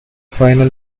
final